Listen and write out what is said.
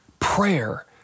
Prayer